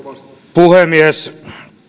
puhemies